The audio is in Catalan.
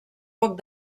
poc